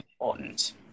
important